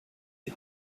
die